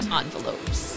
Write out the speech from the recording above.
envelopes